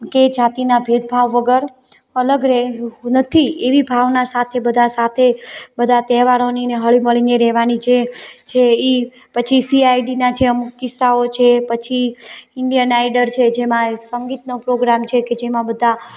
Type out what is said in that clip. કે જાતિના ભેદભાવ વગર અલગ રહેવું નથી એવી ભાવના સાથે બધા સાથે બધા તહેવારોની અને હળીમળીને રહેવાની જે છે એ પછી સીઆઈડીના જે અમુક કિસ્સાઓ છે પછી ઈન્ડિયન આઈડલ છે જેમાં સંગીતનો પ્રોગ્રામ છે કે જેમાં બધા